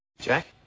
Jack